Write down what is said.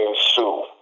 Sue